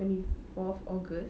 twenty fourth august